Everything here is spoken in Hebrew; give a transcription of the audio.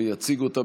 ויציג אותה,